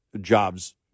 jobs